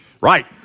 right